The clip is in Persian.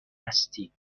هستید